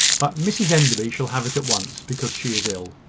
but mrs enderby shall have it at once, because she is ill.